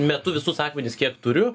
metu visus akmenis kiek turiu